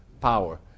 power